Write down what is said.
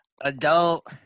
adult